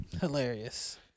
Hilarious